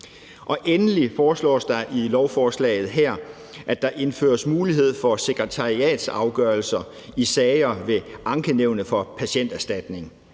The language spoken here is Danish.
Endelig foreslås det i lovforslaget her, at der indføres mulighed for sekretariatsafgørelser i sager ved Ankenævnet for Patienterstatningen.